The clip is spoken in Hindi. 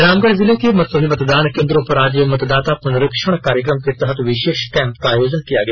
रामगढ़ जिले के सभी मतदान केंद्रों पर आज मतदाता पुनरीक्षण कार्यक्रम के तहत विशेष कैंप का आयोजन किया गया